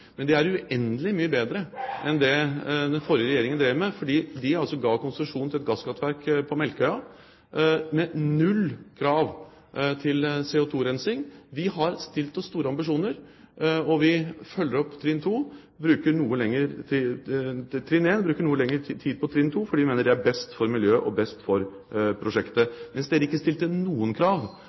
Men det er uendelig mye bedre enn det den forrige regjeringen drev med, for de ga konsesjon til gasskraftverk på Melkøya med null krav til CO2-rensing. Vi har store ambisjoner. Vi følger opp trinn 1 og bruker noe lengre tid på trinn 2 fordi vi mener det er best for miljøet og best for prosjektet, mens Bondevik II-regjeringen ikke stilte noen krav